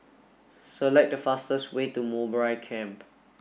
select the fastest way to Mowbray Camp